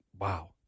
Wow